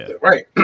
Right